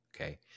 Okay